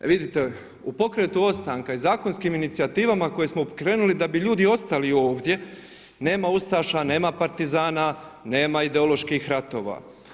E vidite, u pokretu ostanka i zakonskim inicijativama koje smo pokrenuli da bi ljudi ostali ovdje nema ustaša, nema partizana, nema ideoloških ratova.